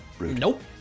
Nope